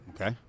Okay